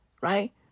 right